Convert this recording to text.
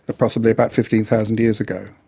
ah possibly about fifteen thousand years ago.